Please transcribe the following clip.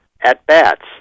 at-bats